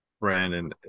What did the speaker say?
Brandon